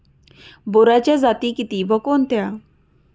बोराच्या जाती किती व कोणत्या?